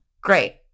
Great